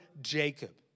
Jacob